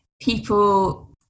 people